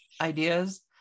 ideas